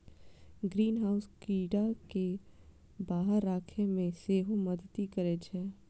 greenhouse कीड़ा कें बाहर राखै मे सेहो मदति करै छै